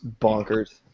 bonkers